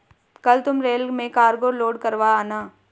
कल तुम रेल में कार्गो लोड करवा आना